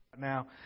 now